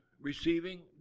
receiving